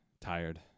tired